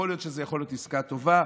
יכול להיות שזו יכולה להיות עסקה טובה,